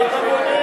מה אתה מודה?